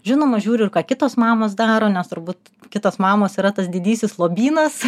žinoma žiūriu ir ką kitos mamos daro nes turbūt kitos mamos yra tas didysis lobynas